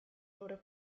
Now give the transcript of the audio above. loro